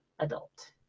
adult